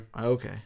Okay